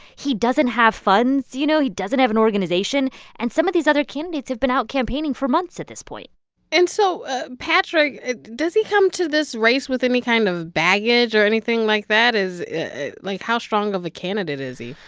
he doesn't have funds, you know. he doesn't have an organization. and some of these other candidates have been out campaigning for months at this point and so patrick does he come to this race with any kind of baggage or anything like that? is like, how strong of a candidate is he?